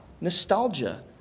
nostalgia